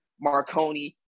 Marconi